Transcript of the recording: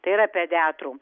tai yra pediatrų